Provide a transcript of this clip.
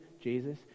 Jesus